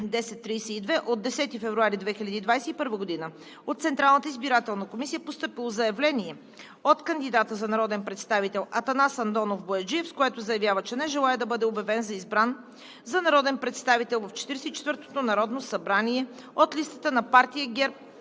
НС-10-32 от 10.02.2021 г. от Централната избирателна комисия е постъпило заявление от кандидата за народен представител Атанас Андонов Бояджиев, с което заявява, че не желае да бъде обявен за избран за народен представител в 44-ото Народно събрание от листата на партия ГЕРБ